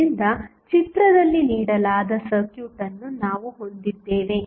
ಆದ್ದರಿಂದ ಚಿತ್ರದಲ್ಲಿ ನೀಡಲಾದ ಸರ್ಕ್ಯೂಟ್ ಅನ್ನು ನಾವು ಹೊಂದಿದ್ದೇವೆ